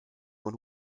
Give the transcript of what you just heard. von